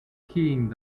skiing